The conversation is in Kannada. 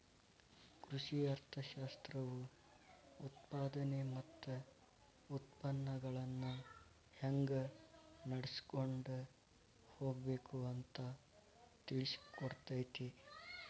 ಕೃಷಿ ಅರ್ಥಶಾಸ್ತ್ರವು ಉತ್ಪಾದನೆ ಮತ್ತ ಉತ್ಪನ್ನಗಳನ್ನಾ ಹೆಂಗ ನಡ್ಸಕೊಂಡ ಹೋಗಬೇಕು ಅಂತಾ ತಿಳ್ಸಿಕೊಡತೈತಿ